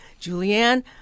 Julianne